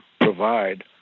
provide